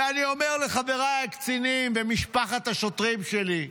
ואני אומר לחבריי הקצינים במשפחת השוטרים שלי: